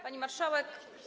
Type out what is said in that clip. Pani Marszałek!